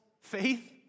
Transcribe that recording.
faith